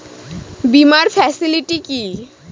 বীমার ফেসিলিটি কি?